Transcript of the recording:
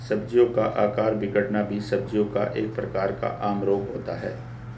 सब्जियों का आकार बिगड़ना भी सब्जियों का एक प्रकार का आम रोग होता है